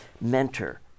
mentor